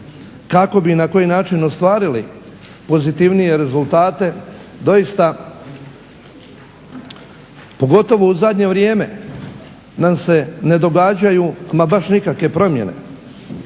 kako bi i na koji način ostvarili pozitivnije rezultate doista pogotovo u zadnje vrijeme nam se ne događaju ma baš nikakve promjene.